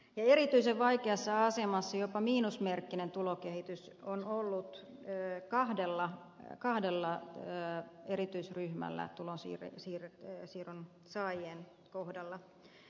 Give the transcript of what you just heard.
erityisen vaikea asema jopa miinusmerkkinen tulokehitys on ollut kahdella myö eritysryhmällä tulo siiri siili erityisryhmällä tulonsiirron saajien kohdalla